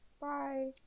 Bye